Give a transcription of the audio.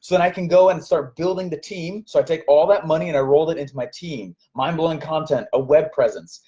i can go and start building the team. so i take all that money, and i rolled it into my team, mind-blowing content, a web presence.